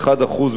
לדוגמה,